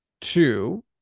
two